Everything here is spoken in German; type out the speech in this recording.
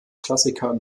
klassiker